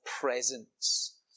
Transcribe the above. presence